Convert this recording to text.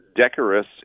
decorous